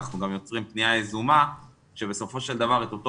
אנחנו גם יוצרים פנייה יזומה שבסופו של דבר את אותו